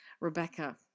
Rebecca